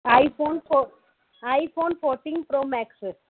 आई phone फो iPhone fourteen pro max